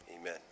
amen